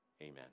Amen